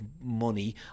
money